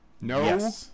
No